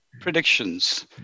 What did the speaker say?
predictions